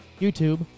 YouTube